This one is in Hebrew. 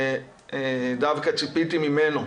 דווקא ציפיתי ממנו,